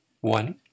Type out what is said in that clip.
One